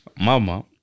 mama